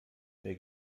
der